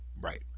Right